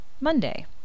Monday